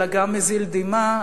אלא גם מזיל דמעה,